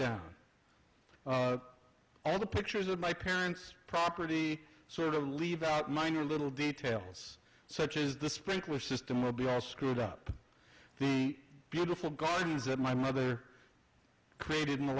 down all the pictures of my parents property sort of leave out minor little details such as the sprinkler system will be are screwed up the beautiful gardens that my mother created in the